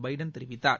Biden தெரிவித்தார்